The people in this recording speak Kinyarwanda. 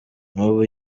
n’ubu